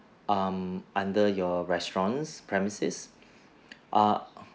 um under your restaurant's premises err